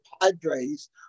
padres